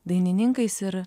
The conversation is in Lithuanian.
dainininkais ir